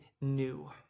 new